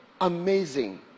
amazing